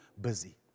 busy